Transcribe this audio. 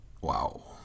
Wow